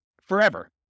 forever